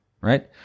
right